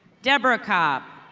debra cobb.